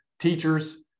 teachers